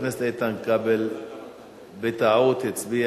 בטעות לחצתי